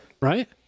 Right